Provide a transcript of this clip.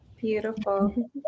Beautiful